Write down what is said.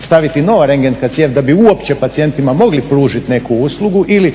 staviti nova rendgenska cijev da bi uopće pacijentima mogli pružiti neku uslugu ili